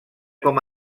com